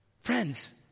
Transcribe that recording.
Friends